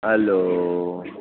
hello